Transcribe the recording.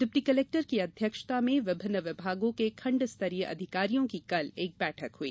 deputy collector की अध्यक्षता में विभिन्न विभागों के खण्ड स्तरीय अधिकारियों की कल बैठक हुई